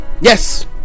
Yes